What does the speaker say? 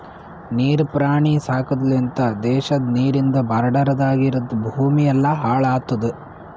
ನೀರ್ ಪ್ರಾಣಿ ಸಾಕದ್ ಲಿಂತ್ ದೇಶದ ನೀರಿಂದ್ ಬಾರ್ಡರದಾಗ್ ಇರದ್ ಭೂಮಿ ಎಲ್ಲಾ ಹಾಳ್ ಆತುದ್